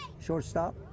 shortstop